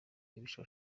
mibisha